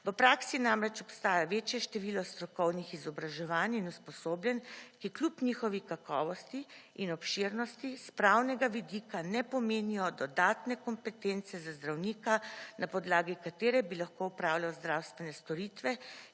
V praksi namreč obstaja večje število strokovnih izobraževanj in usposobljen, ki kljub njihovi kakovosti in obširnosti s pravnega vidika ne pomenijo dodatne kompetence za zdravnika na podlagi katere bi lahko opravljal zdravstvene storitve,